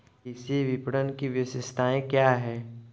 कृषि विपणन की विशेषताएं क्या हैं?